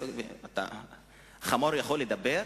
חלקם ביקרו כאן בוועדת הכספים ודיברו.